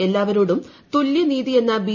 എല്ലാവരോടും തുല്യനീതിയെന്ന ബി